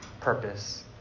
purpose